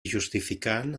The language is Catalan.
justificant